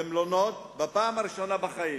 במלונות בפעם הראשונה בחיים.